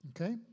okay